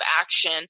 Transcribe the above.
action